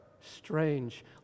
Strange